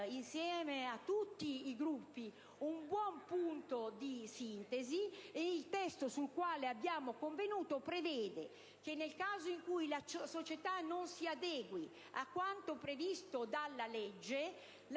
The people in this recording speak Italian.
insieme a tutti i Gruppi, un buon punto di sintesi. Il testo sul quale abbiamo convenuto prevede, nel caso in cui la società non si adegui a quanto previsto dalla legge, una